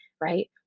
right